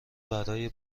برای